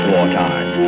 Wartime